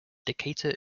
decatur